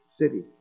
city